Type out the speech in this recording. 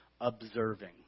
observing